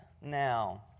now